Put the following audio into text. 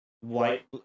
white